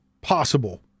possible